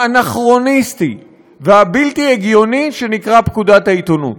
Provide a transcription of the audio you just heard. האנכרוניסטי והבלתי-הגיוני שנקרא פקודת העיתונות.